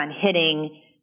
hitting